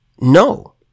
no